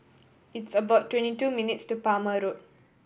it's about twenty two minutes' to Palmer Road